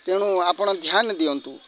ତେଣୁ ଆପଣ ଧ୍ୟାନ ଦିଅନ୍ତୁ